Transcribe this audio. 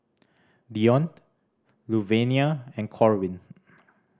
Deonte Luvenia and Corwin